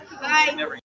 Bye